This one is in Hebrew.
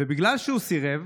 ובגלל שהוא סירב,